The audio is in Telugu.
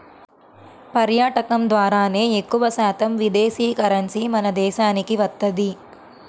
పర్యాటకం ద్వారానే ఎక్కువశాతం విదేశీ కరెన్సీ మన దేశానికి వత్తది